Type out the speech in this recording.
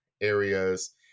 areas